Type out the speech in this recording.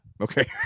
Okay